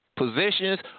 Positions